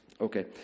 okay